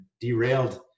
derailed